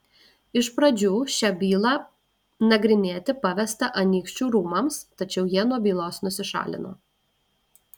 iš pradžių šią bylą nagrinėti pavesta anykščių rūmams tačiau jie nuo bylos nusišalino